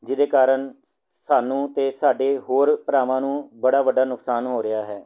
ਜਿਹਦੇ ਕਾਰਨ ਸਾਨੂੰ ਅਤੇ ਸਾਡੇ ਹੋਰ ਭਰਾਵਾਂ ਨੂੰ ਬੜਾ ਵੱਡਾ ਨੁਕਸਾਨ ਹੋ ਰਿਹਾ ਹੈ